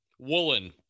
Woolen